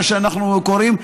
מה שאנחנו קוראים,